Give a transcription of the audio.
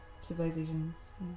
civilizations